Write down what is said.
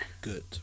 good